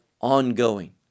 ongoing